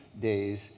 days